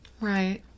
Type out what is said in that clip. right